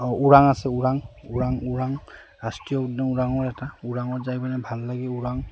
ওৰাং আছে ওৰাং ওৰাং ওৰাং ৰাষ্ট্ৰীয় উদ্যান ওৰাঙৰ এটা ওৰাঙত যাই মানে ভাল লাগে ওৰাং